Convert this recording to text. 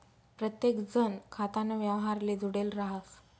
प्रत्येकजण खाताना व्यवहारले जुडेल राहस